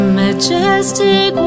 majestic